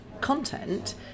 content